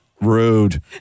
rude